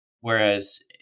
Whereas